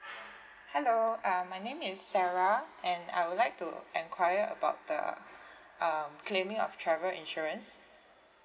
hello uh my name is sarah and I would like to enquire about the um claiming of travel insurance